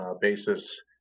basis